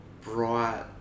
bright